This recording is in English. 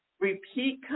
repeat